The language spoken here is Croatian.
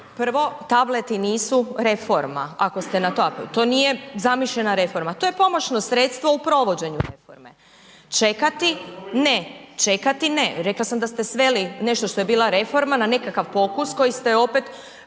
Prvo, tableti nisu reforma, ako ste na to, to nije zamišljena reforma. To je pomoćno sredstvo u provođenju reforme, čekati ne, čekati ne. Rekla sam da ste sveli nešto što je bila reforma na nekakav popust koji nosi